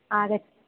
आगच्छ